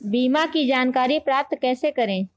बीमा की जानकारी प्राप्त कैसे करें?